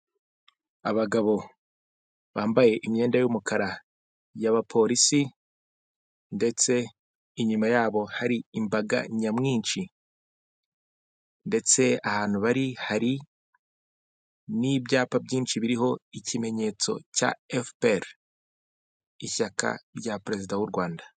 Abagabo bambaye imyenda y'umukara y'abapolisi ndetse inyuma yabo hari imbaga nyamwinshi ndetse ahantu bari hari n'ibyapa byinshi biriho ikimenyetso cya Efuperi ishyaka rya perezida w' u Rwanda.